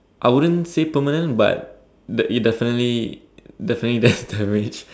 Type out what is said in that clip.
I wouldn't say permanent but the it the definitely definitely there damage